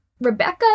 Rebecca